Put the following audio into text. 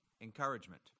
Encouragement